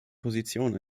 position